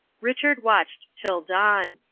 richard watched till dawn.